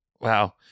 Wow